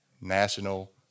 National